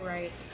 Right